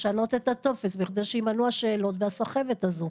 לשנות את הטופס בכדי שימנעו השאלות והסחבת הזו,